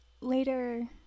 later